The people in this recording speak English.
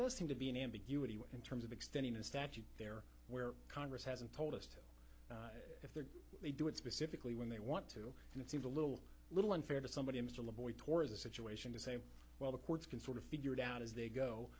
does seem to be an ambiguity in terms of extending a statute there where congress hasn't told us to they do it specifically when they want to and it seems a little little unfair to somebody i'm still a boy towards the situation to say well the courts can sort of figure it out as they go